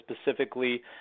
specifically